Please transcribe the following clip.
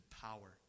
power